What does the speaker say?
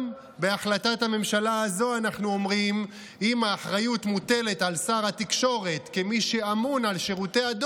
גם בהחלטת הממשלה הזו אנחנו אומרים: אם האחריות מוטלת על שר התקשורת,